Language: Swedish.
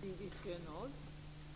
Fru talman!